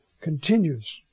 continues